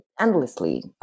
endlessly